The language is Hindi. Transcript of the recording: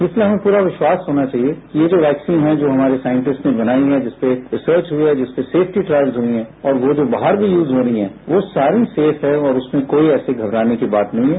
इसलिए हमें पूरा विश्वास होना चाहिए कि ये जो वैक्सीन हैं जो हमारे साइंटिस्ट्स ने बनाई हैं जिसपर रिसर्च हुई हैं जिसपर सेफ्टी ट्रायल्स हुए हैं और वो जो बाहर भी यूज होनी हैं वो सारी सेफ हैं और उसमें कोई ऐसी घबराने वाली बात नहीं हैं